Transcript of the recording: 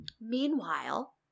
Meanwhile